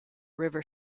river